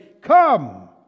come